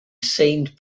saint